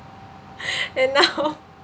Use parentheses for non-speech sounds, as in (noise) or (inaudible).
(laughs) and now